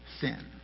sin